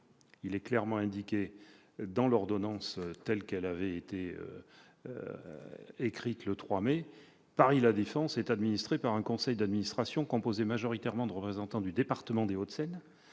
est clairement indiqué dans l'ordonnance, telle qu'elle a été écrite le 3 mai :« Paris La Défense est administré par un conseil d'administration composé majoritairement de représentants du département des Hauts-de-Seine.